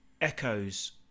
echoes